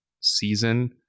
season